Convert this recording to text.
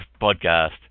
Podcast